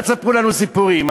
אל תספרו לנו סיפורים,